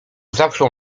zawsze